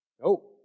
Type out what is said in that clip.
No